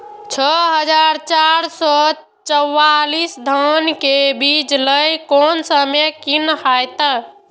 छः हजार चार सौ चव्वालीस धान के बीज लय कोन समय निक हायत?